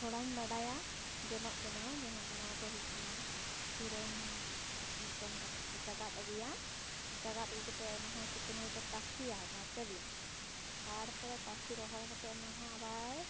ᱛᱷᱚᱲᱟᱧ ᱵᱟᱰᱟᱭᱟ ᱡᱚᱱᱚᱜ ᱵᱮᱱᱟᱣ ᱡᱚᱱᱚᱜ ᱵᱮᱱᱟᱣ ᱫᱚ ᱦᱩᱭᱩᱜ ᱠᱟᱱᱟ ᱥᱤᱨᱟᱹᱢ ᱢᱤᱫᱴᱮᱱ ᱠᱟᱛᱮ ᱠᱚ ᱪᱟᱜᱟᱫ ᱟᱹᱜᱩᱭᱟ ᱪᱟᱜᱟᱫ ᱟᱹᱜᱩ ᱠᱟᱛᱮ ᱚᱱᱟ ᱦᱚᱸ ᱥᱤᱛᱩᱝ ᱨᱮᱠᱚ ᱛᱟᱥᱮᱭᱟ ᱵᱟᱨᱯᱮ ᱫᱤᱱ ᱛᱟᱨᱯᱚᱨᱮ ᱛᱟᱥᱮ ᱨᱚᱦᱚᱲ ᱠᱟᱛᱮ ᱚᱱᱟᱦᱚᱸ ᱟᱵᱟᱨ